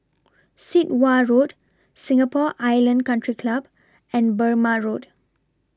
Sit Wah Road Singapore Island Country Club and Burmah Road